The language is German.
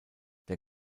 der